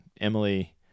Emily